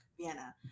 Vienna